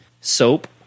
soap